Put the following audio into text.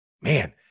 man